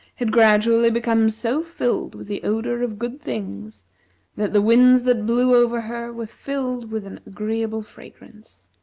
had gradually become so filled with the odor of good things that the winds that blew over her were filled with an agreeable fragrance.